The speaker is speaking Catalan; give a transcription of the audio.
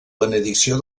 benedicció